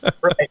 Right